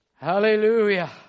Hallelujah